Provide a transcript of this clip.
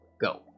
go